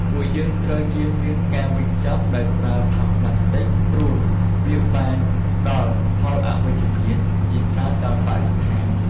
ពួកយើងត្រូវជៀសវាងការវេចខ្ចប់ដោយប្រើថង់ប្លាស្ទិកព្រោះវាបានផ្ដល់ផលអវិជ្ជមានជាច្រើនដល់បរិស្ថាន។